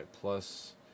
Plus